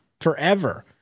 forever